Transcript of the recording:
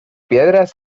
piedras